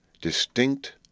distinct